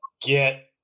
get